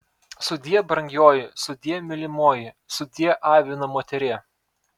sudie brangioji sudie mylimoji sudie avino moterie